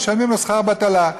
ומשלמים לו שכר בטלה,